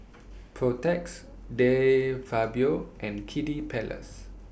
Protex De Fabio and Kiddy Palace